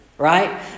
Right